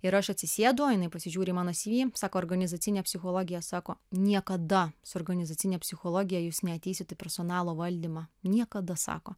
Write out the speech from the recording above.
ir aš atsisėdu o jinai pasižiūri į mano cv sako organizacinė psichologija sako niekada su organizacine psichologija jūs neateisit į personalo valdymą niekada sako